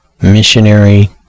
missionary